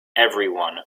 everyone